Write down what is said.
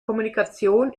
kommunikation